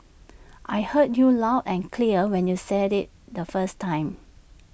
I heard you loud and clear when you said IT the first time